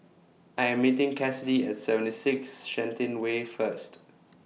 I Am meeting Cassidy At seventy six Shenton Way First